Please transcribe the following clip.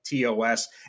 TOS